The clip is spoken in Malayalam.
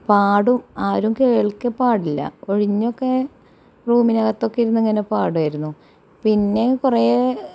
പാടും ആരും കേൾക്കേ പാടില്ല ഒഴിഞ്ഞൊക്കെ റൂമിനകത്തൊക്കെ ഇരുന്ന് ഇങ്ങനെ പാടുമായിരുന്നു പിന്നെ കുറെ